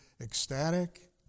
ecstatic